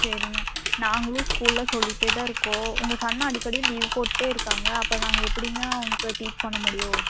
சரிங்க நாங்களும் ஸ்கூலில் சொல்லிகிட்டே தான் இருக்கோம் உங்கள் சன் அடிக்கடி லீவ் போட்டுகிட்டே இருக்காங்க அப்புறம் நாங்கள் எப்படிங்க அவனுக்கு டீச் பண்ண முடியும்